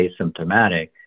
asymptomatic